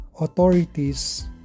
authorities